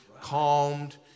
calmed